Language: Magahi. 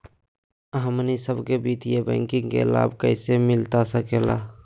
हमनी सबके वित्तीय बैंकिंग के लाभ कैसे मिलता सके ला?